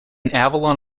avalon